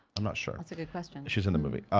i'm not sure. that's a good question. she's in the movie.